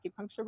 acupuncture